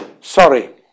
Sorry